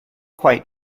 quite